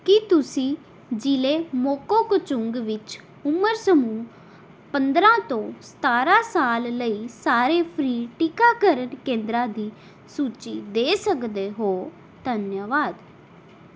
ਕੀ ਤੁਸੀਂ ਜ਼ਿਲ੍ਹੇ ਮੋਕੋਕਚੁੰਗ ਵਿੱਚ ਉਮਰ ਸਮੂਹ ਪੰਦਰ੍ਹਾਂ ਤੋਂ ਸਤਾਰ੍ਹਾਂ ਸਾਲ ਲਈ ਸਾਰੇ ਫ੍ਰੀ ਟੀਕਾਕਰਨ ਕੇਂਦਰਾਂ ਦੀ ਸੂਚੀ ਦੇ ਸਕਦੇ ਹੋ ਧੰਨਯਵਾਦ